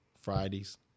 Fridays